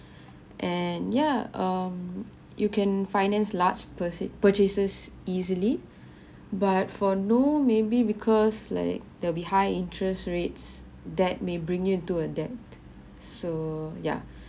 and yeah um you can finance large proceed purchases easily but for no maybe because like they'll be high interest rates that may bring you into to a debt so ya